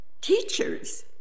Teachers